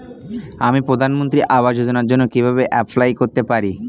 আমি প্রধানমন্ত্রী আবাস যোজনার জন্য কিভাবে এপ্লাই করতে পারি?